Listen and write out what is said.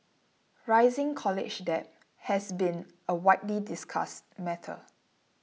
rising college debt has been a widely discussed matter